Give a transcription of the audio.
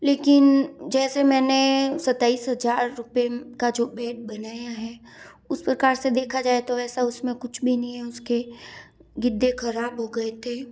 लेकिन जैसे मैंने सताईस हज़ार रुपये का जो बेड बनाया है उस प्रकार से देखा जाए तो ऐसा उसमें कुछ भी नहीं है उसके गद्दे ख़राब हो गए थे